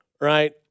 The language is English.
Right